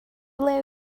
ble